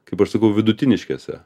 kaip aš sakau vidutiniškėse